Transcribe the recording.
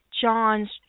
John's